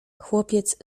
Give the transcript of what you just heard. chłopiec